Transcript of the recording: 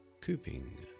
Cooping